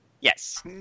Yes